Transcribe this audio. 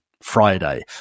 Friday